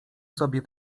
sobie